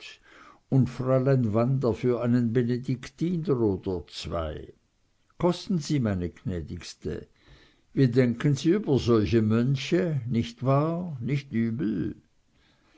und fräulein wanda für einen benediktiner oder zwei kosten sie meine gnädigste wie denken sie über solche mönche nicht wahr nicht übel